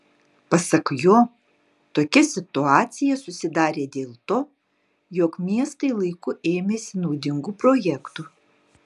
pasak jo tokia situacija susidarė dėl to jog miestai laiku ėmėsi naudingų projektų